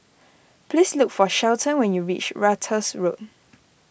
please look for Shelton when you reach Ratus Road